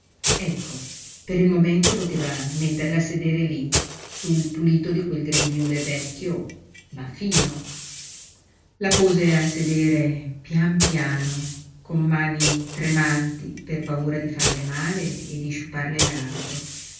ecco per il momento poteva metterla a sedere lí sul pulito di quel grembiule vecchio ma fino la pose a sedere pian piano con mani tremanti per paura di farle male e di sciuparle